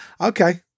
okay